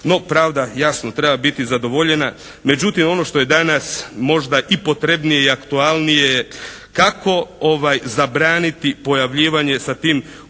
no pravda jasno treba biti zadovoljena međutim ono što je danas možda i potrebnije i aktualnije je kako zabraniti pojavljivanje sa tim ustaškim